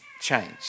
change